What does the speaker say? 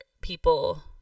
people